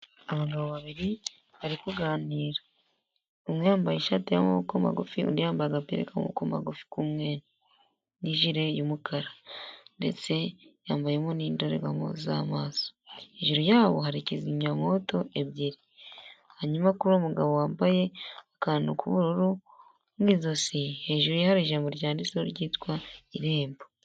Abagabo babiri bari kuganira umwe yambaye ishati y'amaboko magufi undi yambaye agapira k'amaboko magufi k'umweru n'ijere y'umukara ndetse yambayemo n'indorerwamo z'amaso hejuru ya hari kizimyamwoto ebyiri hanyuma kuri umugabo wambaye akantu k'ubururu mu izosi hejuru ye hari ijambo ryanditseho ryitwa irembo.